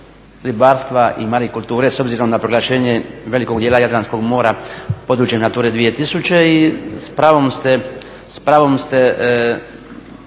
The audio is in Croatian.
Hvala vam